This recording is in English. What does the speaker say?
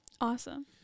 Awesome